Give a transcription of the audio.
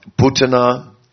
Putana